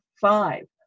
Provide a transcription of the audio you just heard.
five